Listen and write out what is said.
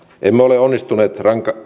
emme ole onnistuneet